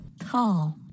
Tall